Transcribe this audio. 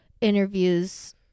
interviews